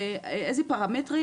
איזה פרמטרים?